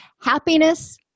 Happiness